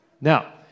Now